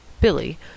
Billy